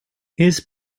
his